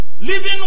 Living